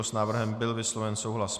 S návrhem byl vysloven souhlas.